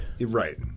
right